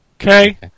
Okay